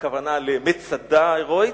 הכוונה למצדה ההירואית,